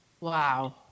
Wow